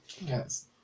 Yes